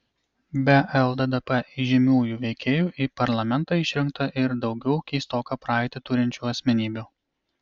be lddp įžymiųjų veikėjų į parlamentą išrinkta ir daugiau keistoką praeitį turinčių asmenybių